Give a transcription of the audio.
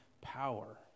power